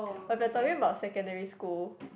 but we are talking about secondary school